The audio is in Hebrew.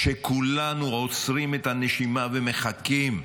כשכולנו עוצרים את הנשימה ומחכים?